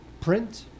print